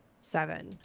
seven